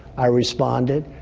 i responded.